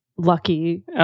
lucky